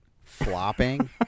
flopping